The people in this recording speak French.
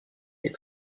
est